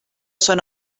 són